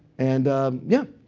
and yeah,